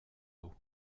eaux